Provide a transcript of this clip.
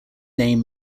name